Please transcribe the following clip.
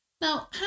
Now